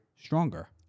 stronger